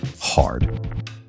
hard